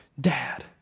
dad